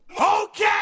Okay